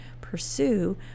pursue